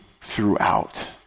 throughout